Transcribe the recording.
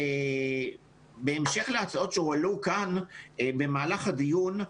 בהמשך להצעות שהועלו כאן במהלך הדיון,